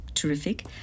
terrific